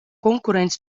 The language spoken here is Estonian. konkurents